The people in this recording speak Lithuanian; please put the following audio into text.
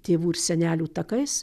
tėvų ir senelių takais